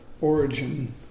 origin